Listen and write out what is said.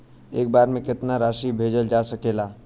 एक बार में केतना राशि भेजल जा सकेला?